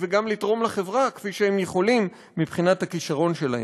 וגם לתרום לחברה כפי שהם יכולים מבחינת הכישרון שלהם.